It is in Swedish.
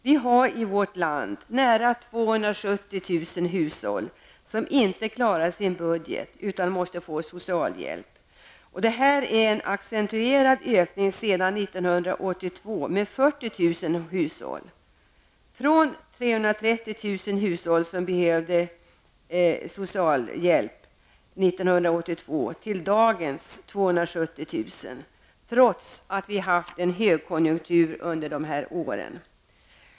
Vi har i vårt land nära 270 000 hushåll som inte klarar sin budget utan måste få socialhjälp. Sedan 1982 har detta antal ökat med 40 000, från 230 000 till 270 000, trots att vi under dessa år har haft en högkonjunktur.